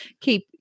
keep